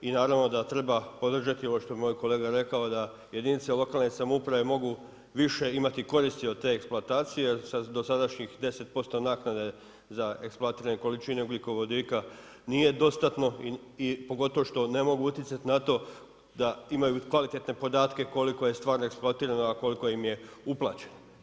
I naravno da treba podržati, ovo što je moj kolega rekao, da jedinice lokalne samouprave mogu više imati koristi od te eksploatacije, jer do sadašnjih 10% naknade za eksploatirane količine ugljikovodika nije dostatno i pogotovo što ne mogu utjecati na to da imaju kvalitetne podatke koliko je stvarno eksploatirano, a koliko im je uplaćeno.